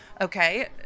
okay